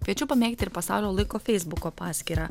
kviečiu pamėgti ir pasaulio laiko feisbuko paskyrą